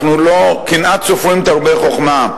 קנאת סופרים תרבה חוכמה.